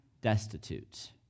destitute